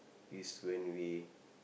this when we